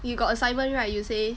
you got assignment right you say